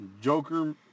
Joker